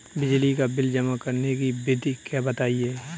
बिजली का बिल जमा करने की विधि बताइए?